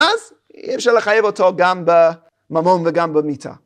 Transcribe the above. ‫אז אי אפשר לחייב אותו ‫גם בממון וגם במיתה.